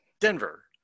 Denver